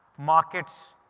markets,